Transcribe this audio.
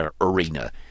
Arena